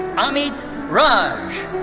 amit raj.